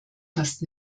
fast